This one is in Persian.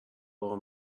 راه